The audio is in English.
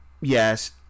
yes